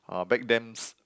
uh back thens